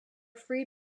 free